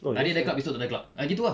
nari ada club esok takde club ah gitu ah